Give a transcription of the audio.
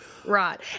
Right